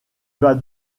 vas